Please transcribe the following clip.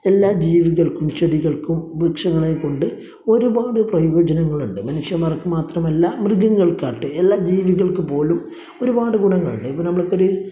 എല്ലാ ജീവികള്ക്കും ചെടികള്ക്കും വൃക്ഷങ്ങളെ കൊണ്ട് ഒരുപാട് പ്രയോജനങ്ങളുണ്ട് മനുഷ്യന്മാർക്ക് മാത്രമല്ല മൃഗങ്ങള്ക്കാകട്ടെ എല്ലാ ജീവികള്ക്കു പോലും ഒരുപാട് ഗുണങ്ങള് ഉണ്ട് ഇപ്പം നമ്മൾ ഇപ്പം ഒരു